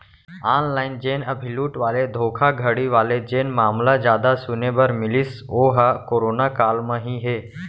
online जेन अभी लूट वाले धोखाघड़ी वाले जेन मामला जादा सुने बर मिलिस ओहा करोना काल म ही हे